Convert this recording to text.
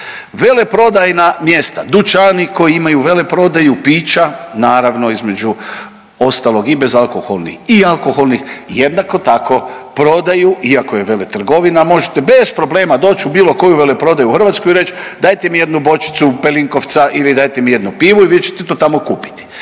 Veleprodajna mjesta, dućani koji imaju veleprodaju pića, naravno između ostalog i bezalkoholnih i alkoholnih jednako tako prodaju, iako je veletrgovina možete bez problema doć u bilo koju veleprodaju u Hrvatskoj i reć dajte mi jednu bočicu pelinkovca ili dajte mi jednu pivu i vi ćete to tamo kupiti.